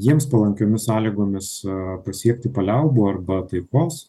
jiems palankiomis sąlygomis pasiekti paliaubų arba taikos